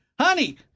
Honey